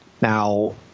Now